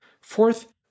Fourth